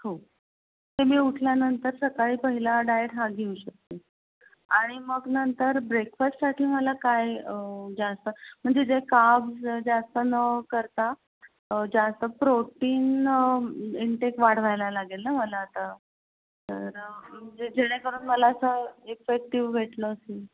हो ते मी उठल्यानंतर सकाळी पहिला डायेट हा घेऊ शकते आणि मग नंतर ब्रेकफाससाठी मला काय जास्त म्हणजे जे काब्ज जास्त न करता जास्त प्रोटीन इंटेक वाढवायला लागेल ना मला आता तर जेणेकरून मला असं इफेक्टिव्ह वेट लॉस होईल